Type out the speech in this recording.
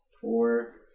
Four